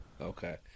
Okay